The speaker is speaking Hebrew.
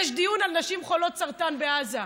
יש דיון על נשים חולות סרטן בעזה.